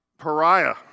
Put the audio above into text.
pariah